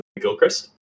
gilchrist